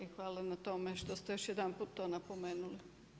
I hvala na tome što ste još jednaput to napomenuli.